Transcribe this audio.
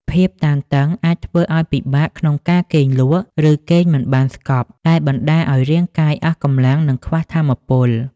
ភាពតានតឹងអាចធ្វើឲ្យពិបាកក្នុងការគេងលក់ ឬគេងមិនបានស្កប់ ដែលបណ្ដាលឲ្យរាងកាយអស់កម្លាំង និងខ្វះថាមពល។